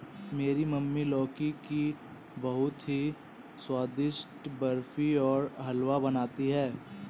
मेरी मम्मी लौकी की बहुत ही स्वादिष्ट बर्फी और हलवा बनाती है